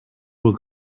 will